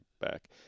back